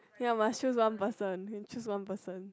ya must choose one person can choose one person